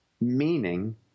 meaning